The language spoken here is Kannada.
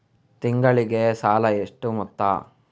ತಿಂಗಳಿಗೆ ಸಾಲ ಎಷ್ಟು ಮೊತ್ತ?